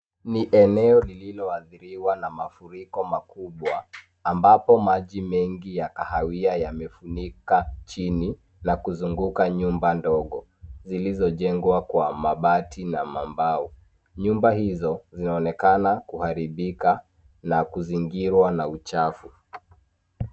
Ni eneo lililoathiriwa na mafuriko makubwa, ambapo maji mengi ya kahawia yamefunika chini na kuzunguka nyumba ndogo, zilizojengwa kwa mabati na mbao. Nyumba hizo zinaonekana kuharibika na kuzingirwa na uchafu.